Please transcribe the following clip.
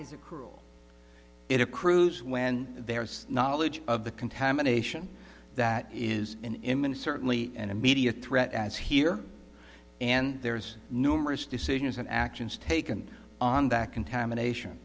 is a cruel it accrues when there's knowledge of the contamination that is in him and certainly an immediate threat as here and there's numerous decisions and actions taken on that contamination